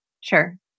Sure